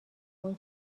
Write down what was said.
اون